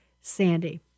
Sandy